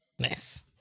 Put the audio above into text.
Nice